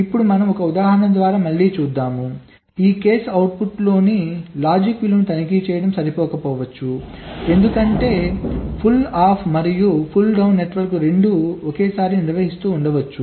ఇప్పుడు మనం ఒక ఉదాహరణ ద్వారా మళ్ళీ చూద్దాం ఈ కేసు అవుట్పుట్లోని లాజిక్ విలువను తనిఖీ చేయడం సరిపోకపోవచ్చు ఎందుకంటే పుల్ అప్ మరియు పుల్ డౌన్ నెట్వర్క్ రెండూ ఒకేసారి నిర్వహిస్తూ ఉండవచ్చు